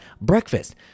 breakfast